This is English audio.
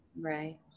Right